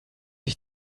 sich